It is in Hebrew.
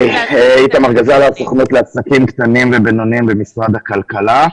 הסוכנות לעסקים קטנים ובינוניים, משרד הכלכלה.